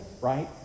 right